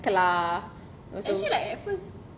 okay lah